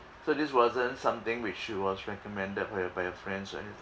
so this wasn't something which was recommended by your by your friends or anything